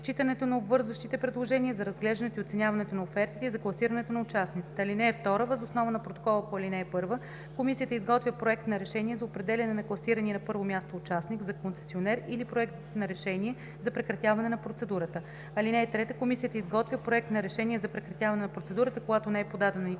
прочитането на обвързващите предложения, за разглеждането и оценяването на офертите и за класирането на участниците. (2) Въз основа на протокола по ал. 1 комисията изготвя проект на решение за определяне на класирания на първо място участник за концесионер или проект на решение за прекратяване на процедурата. (3) Комисията изготвя проект на решение за прекратяване на процедурата, когато не е подадена нито